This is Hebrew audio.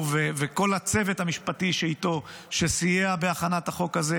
וכל הצוות המשפטי שאיתו שסייע בהכנת החוק הזה,